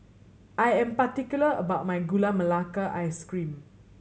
I am particular about my Gula Melaka Ice Cream